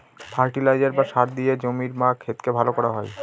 fertiliser বা সার দিয়ে জমির বা ক্ষেতকে ভালো করা হয়